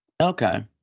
Okay